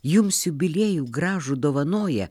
jums jubiliejų gražų dovanoja